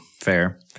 Fair